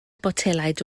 botelaid